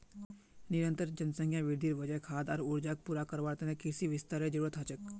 निरंतर जनसंख्या वृद्धिर वजह खाद्य आर ऊर्जाक पूरा करवार त न कृषि विस्तारेर जरूरत ह छेक